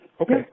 okay